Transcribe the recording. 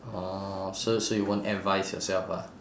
orh so so you won't advise yourself lah